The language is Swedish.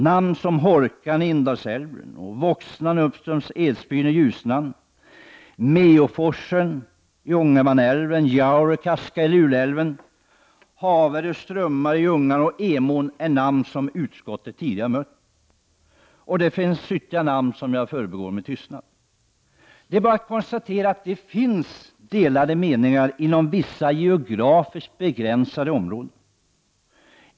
Namn som Hårkan i Indalsälven och Voxnan uppströms Edsbyn i Ljusnan, Meåforsen i Ångermanälven, Jaurekaska i Luleälven, Haverö strömmar i Ljungan och Emån har utskottet tidigare mött. Det finns ytterligare sådana namn, som jag förbigår med tystnad. Det är bara att konstatera att det finns delade meningar inom vissa geografiskt begränsade områden.